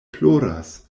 ploras